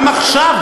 גם עכשיו,